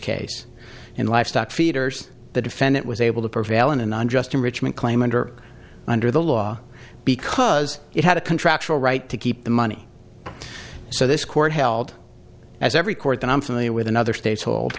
case in life stuck feeders the defendant was able to prevail in an unjust enrichment claim under under the law because it had a contractual right to keep the money so this court held as every court that i'm familiar with another states hold